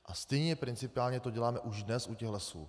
A stejně principiálně to děláme už dnes u těch Lesů.